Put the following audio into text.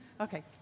Okay